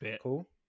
Cool